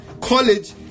college